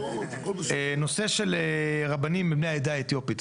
נושא של רבנים מבני העדה האתיופית.